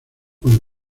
con